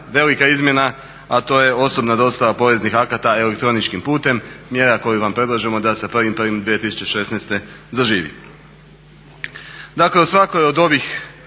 velika izmjena, a to je osobna dostava poreznih akata elektroničkim putem, mjera koju vam predlažemo da sa 1.1.2016. zaživi. Dakle u svakoj od ovih